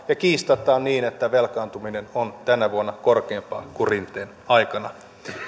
ja kiistatta on niin että velkaantuminen on tänä vuonna korkeampaa kuin rinteen aikana